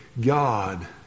God